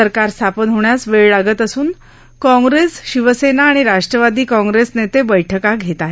सरकार स्थापन होण्यास वेळ लागत असून काँग्रेस शिवसेना आणि राष्ट्रवादी काँग्रेस नेते बैठका घेत आहेत